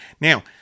Now